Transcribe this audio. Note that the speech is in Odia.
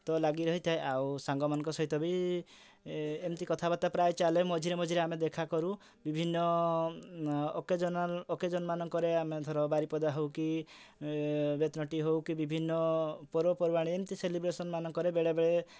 ତ ଲାଗି ରହିଥାଏ ଆଉ ସାଙ୍ଗମାନଙ୍କ ସହିତ ବି ଏମିତି କଥାବାର୍ତ୍ତା ପ୍ରାୟେ ଚାଲେ ମଝିରେ ମଝିରେ ଆମେ ଦେଖା କରୁ ଭିନ୍ନ ଅକେଜନ୍ ଅକେଜନ୍ ମାନଙ୍କରେ ଆମେ ଧର ବାରିପଦା ହଉ କି ବେତନଟୀ ହଉ କି ବିଭିନ୍ନ ପର୍ବପର୍ବାଣି ଏମିତି ସେଲିବ୍ରେସନ୍ ମାନଙ୍କରେ ବେଳେବେଳେ